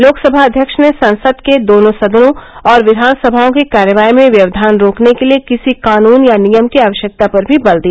लोकसभा अध्यक्ष ने संसद के दोनों सदनों और विघानसभाओं की कार्यवाही में व्यवधान रोकने के लिए किसी कानन या नियम की आवश्यकता पर भी बल दिया